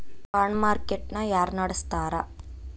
Bond market ನ ಯಾರ್ನಡ್ಸ್ತಾರ?